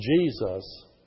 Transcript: Jesus